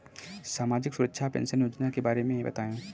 सामाजिक सुरक्षा पेंशन योजना के बारे में बताएँ?